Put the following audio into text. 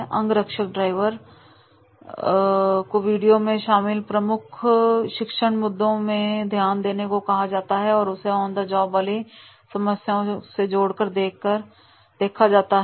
अंगरक्षक ड्राइवर को वीडियो में शामिल प्रमुख शिक्षण मुद्दों में ध्यान देने को कहा जाता है और उनको ऑन द जॉब होने वाली समस्याओं से जोड़कर देखने को कहा जाता है